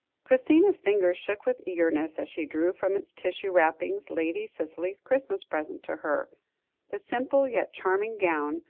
christina's fingers shook with eagerness, as she drew from its tissue wrappings lady cicely's christmas present to her the simple, yet charming gown,